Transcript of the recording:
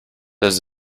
does